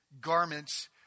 garments